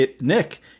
Nick